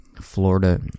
Florida